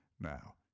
Now